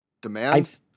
demand